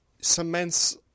cements